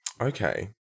Okay